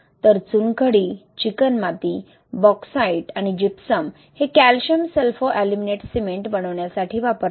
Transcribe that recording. तर चुनखडी चिकणमाती बॉक्साईट आणि जिप्सम हे कॅल्शियम सल्फोअल्युमिनेट सिमेंट बनवण्यासाठी वापरतात